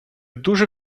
дуже